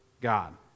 God